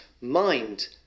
mind